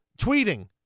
tweeting